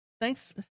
Thanks—